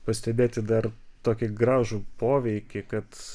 pastebėti dar tokį gražų poveikį kad